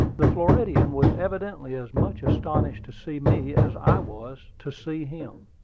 the floridian was evidently as much astonished to see me as i was to see him.